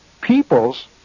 peoples